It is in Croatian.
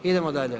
Idemo dalje.